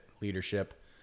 leadership